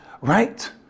Right